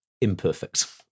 imperfect